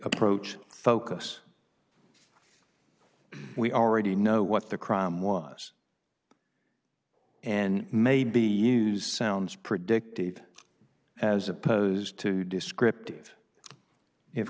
approach focus we already know what the crime was and maybe use sounds predictive as opposed to descriptive if